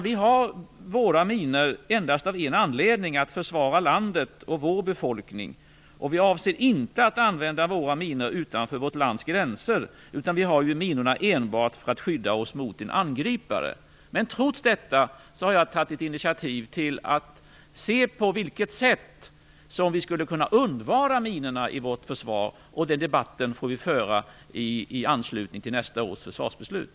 Vi har våra minor endast för att kunna försvara landet och vår befolkning. Vi avser inte att använda våra minor utanför vårt lands gränser, utan vi har minorna enbart för att skydda oss mot en angripare. Trots detta har jag tagit initiativ till att se på vilket sätt vi skulle kunna undvara minorna i vårt försvar. Den debatten får vi föra i anslutning till nästa års försvarsbeslut.